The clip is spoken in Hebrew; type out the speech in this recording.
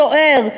סוער,